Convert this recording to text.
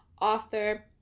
author